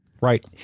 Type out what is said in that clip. Right